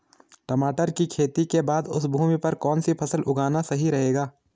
टमाटर की खेती के बाद उस भूमि पर कौन सी फसल उगाना सही रहेगा?